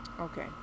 okay